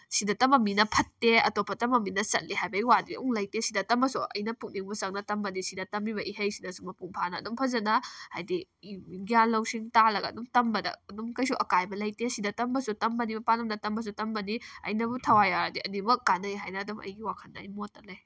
ꯁꯤꯗ ꯇꯝꯕ ꯃꯤꯅ ꯐꯠꯇꯦ ꯑꯇꯣꯞꯄ ꯇꯝꯕ ꯃꯤꯅ ꯆꯠꯂꯦ ꯍꯥꯏꯕꯒꯤ ꯋꯥꯗꯤ ꯂꯩꯇꯦ ꯁꯤꯗ ꯇꯝꯂꯁꯨ ꯑꯩꯅ ꯄꯨꯛꯅꯤꯡꯕꯨ ꯆꯪꯅ ꯇꯝꯂꯗꯤ ꯁꯤꯗ ꯇꯝꯂꯤꯕ ꯏꯍꯩꯁꯤꯅꯁꯨ ꯃꯄꯨꯡ ꯐꯥꯅ ꯑꯗꯨꯝ ꯐꯖꯅ ꯍꯥꯏꯗꯤ ꯒ꯭ꯌꯥꯟ ꯂꯧꯁꯤꯡ ꯇꯥꯜꯂꯒ ꯑꯗꯨꯝ ꯇꯝꯕꯗ ꯀꯩꯁꯨ ꯑꯀꯥꯏꯕ ꯂꯩꯇꯦ ꯁꯤꯗ ꯇꯝꯕꯁꯨ ꯇꯝꯕꯅꯤ ꯃꯄꯥꯜ ꯂꯝꯗ ꯇꯝꯕꯁꯨ ꯇꯝꯕꯅꯤ ꯑꯩꯅꯕꯨ ꯊꯋꯥꯏ ꯌꯥꯎꯔꯗꯤ ꯑꯅꯤꯃꯛ ꯀꯥꯟꯅꯩ ꯍꯥꯏꯅ ꯑꯗꯨꯝ ꯑꯩꯒꯤ ꯋꯥꯈꯜꯗ ꯑꯩ ꯃꯣꯠꯇ ꯂꯩ